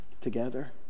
together